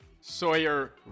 Sawyer